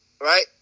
right